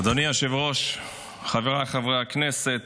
אדוני היושב-ראש, חבריי חברי הכנסת,